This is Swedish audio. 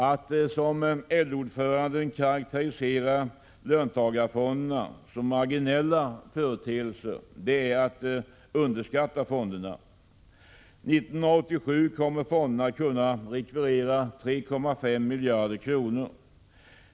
Att som LO-ordföranden karakterisera löntagarfonderna som marginella företeelser är att underskatta fonderna. År 1987 kommer fonderna att kunna rekvirera 3,5 miljarder kronor.